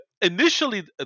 initially